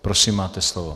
Prosím, máte slovo.